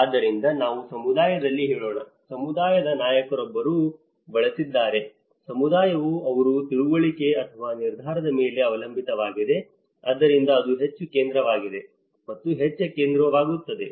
ಆದ್ದರಿಂದ ನಾವು ಸಮುದಾಯದಲ್ಲಿ ಹೇಳೋಣ ಸಮುದಾಯದ ನಾಯಕರೊಬ್ಬರು ಬಳಸಿದ್ದಾರೆ ಸಮುದಾಯವು ಅವರ ತಿಳುವಳಿಕೆ ಅಥವಾ ನಿರ್ಧಾರದ ಮೇಲೆ ಅವಲಂಬಿತವಾಗಿದೆ ಆದ್ದರಿಂದ ಅದು ಹೆಚ್ಚು ಕೇಂದ್ರವಾಗಿದೆ ಅದು ಹೆಚ್ಚು ಕೇಂದ್ರವಾಗುತ್ತದೆ